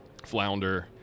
flounder